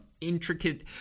intricate